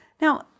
Now